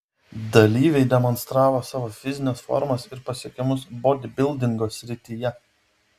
dalyviai demonstravo savo fizines formas ir pasiekimus bodybildingo srityje